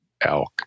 elk